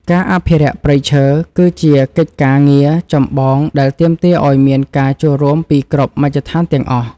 ការអភិរក្សព្រៃឈើ គឺជាកិច្ចការងារចម្បងដែលទាមទារឱ្យមានការចូលរួមពីគ្រប់មជ្ឈដ្ឋានទាំងអស់។